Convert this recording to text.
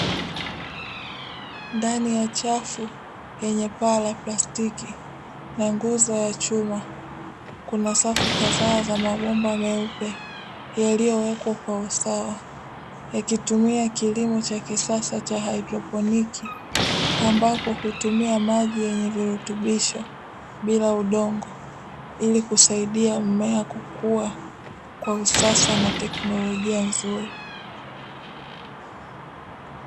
Ndani ya chafu yenye paa la plastiki na nguzo ya chuma, kuna safu kadhaa za mabomba meupe yaliyowekwa kwa usawa, yakitumia kilimo cha kisasa cha haidroponiki, ambapo hutumia maji yenye virutubisho bila udongo, ili kusaidia mmea kukua kwa usasa na teknolojia nzuri.